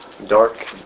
Dark